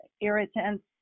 irritants